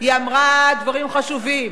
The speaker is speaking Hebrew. היא אמרה דברים חשובים.